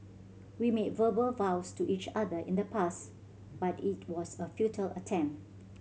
we made verbal vows to each other in the past but it was a futile attempt